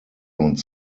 uns